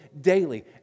daily